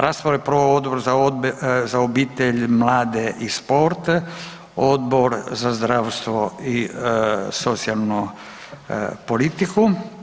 Raspravu je proveo Odbor za obitelj, mlade i sport, Odbor za zdravstvo i socijalnu politiku.